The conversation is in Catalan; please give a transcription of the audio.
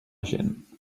gent